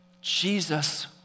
Jesus